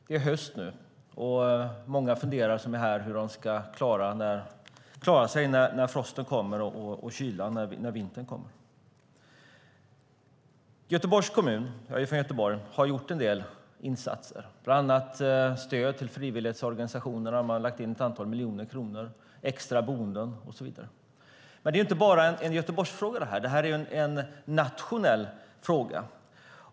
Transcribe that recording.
Det är höst nu, och många som är här funderar över hur de ska klara sig när frosten, kylan och vintern kommer. Göteborgs kommun - jag är från Göteborg - har gjort en del insatser, bland annat stöd till frivilligorganisationer. Man har lagt in ett antal miljoner kronor för extra boenden och så vidare. Men detta är inte bara en Göteborgsfråga, utan det är en nationell fråga.